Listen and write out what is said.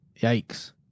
Yikes